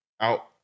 out